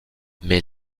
mais